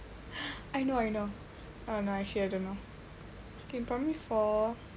I know I know no actually I don't know in primary four